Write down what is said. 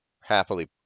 happily